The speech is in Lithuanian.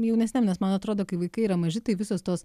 jaunesniam nes man atrodo kai vaikai yra maži tai visos tos